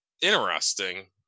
interesting